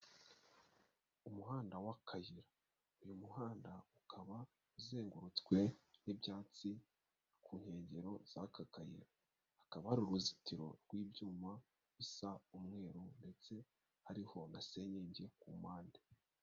Umuhanda w'akayira uyu muhanda ukaba uzengurutswe n'ibyatsi ku nkengero z'aka kayira, hakaba hari uruzitiro rw'ibyuma bisa umweru ndetse hariho na senyenge ku mpande.